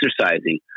exercising